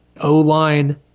O-line –